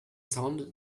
sounded